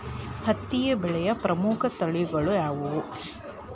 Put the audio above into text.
ಹತ್ತಿ ಬೆಳೆಯ ಪ್ರಮುಖ ತಳಿಗಳು ಯಾವ್ಯಾವು?